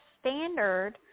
standard